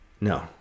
no